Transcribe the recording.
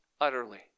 utterly